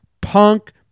punk